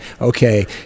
okay